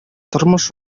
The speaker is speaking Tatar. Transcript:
тормыш